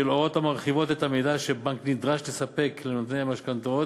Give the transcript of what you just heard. של הוראות המרחיבות את המידע שבנק נדרש לספק לנוטלי משכנתאות